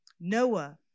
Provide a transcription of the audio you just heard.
Noah